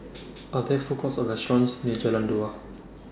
Are There Food Courts Or restaurants near Jalan Dua